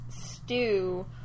stew